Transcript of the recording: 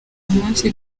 umunsi